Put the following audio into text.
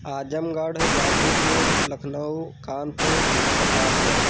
Azamgarh Ghazipur Lucknow Kanpur Pratapgarh